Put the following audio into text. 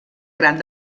gran